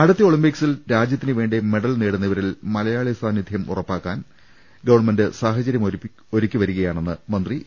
അടുത്ത ഒളിമ്പിക്സിൽ രാജ്യത്തിനുവേണ്ടി മെഡൽ നേടുന്നവ രിൽ മലയാളി സാന്നിധ്യം ഉറപ്പിക്കാൻ ഗവൺമെന്റ് സാഹചര്യം ഒരുക്കി വരികയാണെന്ന് മന്ത്രി ഇ